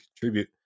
contribute